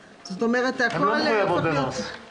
שבדרך כלל לא מעודד שהייה לא חוקית של עובדים,